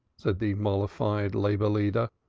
said the mollified labor-leader,